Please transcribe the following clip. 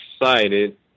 excited